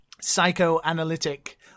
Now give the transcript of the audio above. psychoanalytic